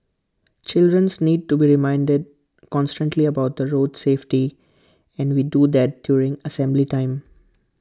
childrens need to be reminded constantly about the road safety and we do that during assembly time